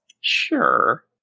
Sure